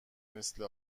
مثل